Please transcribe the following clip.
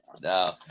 No